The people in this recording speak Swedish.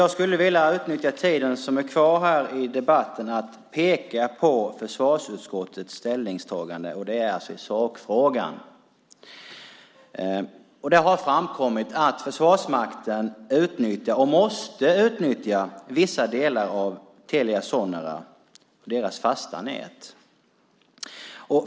Jag skulle vilja utnyttja tiden som är kvar i debatten till att peka på försvarsutskottets ställningstagande i sakfrågan. Det har framkommit att försvarsmakten utnyttjar, och måste utnyttja, vissa delar av Telia Soneras fasta nät.